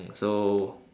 mm so